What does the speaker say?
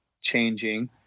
changing